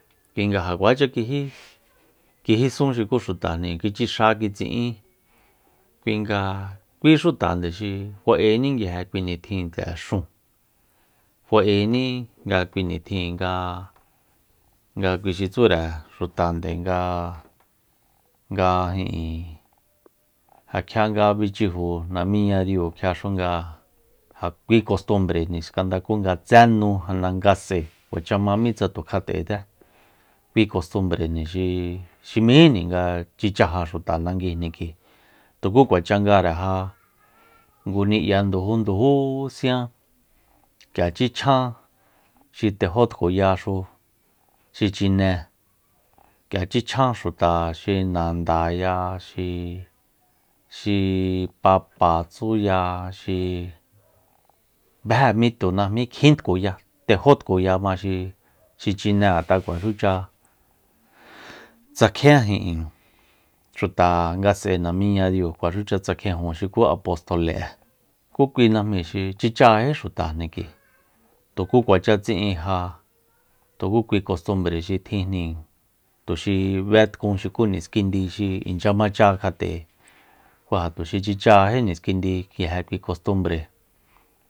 Kui nga ja kuacha kijí kijísun xuku xutajni kitsixa kitsi'in kui nga kuí xutande xi fa'ení nguije kui nitjin tse'e xúun fa'ení nga kui nitjin nga- nga kui xi tsure xuta nde nga- nga ijin ja kjia nga bichiju namíña diu kjia xu nga ja kui kostumbrejni skanga kúngatsé nu janda nga s'ae kuacha ma mitsa tu kjat'e tse kui kostumbrejni xi- xi mejíjni tsichaja xuta nanguijni k'ui tuku kuacha ngare ja ngu ni'ya ndujú ndujú sian k'ia tsichjan xi tejó tkuyaxu xi chine k'ia tsichjan xuta xi nandaya xi- xi papa tsúya xi bejé mi tu najmí kjin tkuya tejó tkuyama xi chine ngat'a kuaxucha tsakjien ijin xuta nga s'ae namíña diu kuaxucha tsakjiejun xuku apostole'e ku kui najmí xi tsichajají xutajni k'ui tuku kuacha tsi'in ja ku kui kostumbre xi tjinjni tuxi bétkun xuku niskindi xi inchya macha kjat'e kúja tuxi tsichajají niskindi nguije kui kostumbre